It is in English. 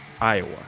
Iowa